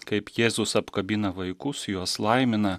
kaip jėzus apkabina vaikus juos laimina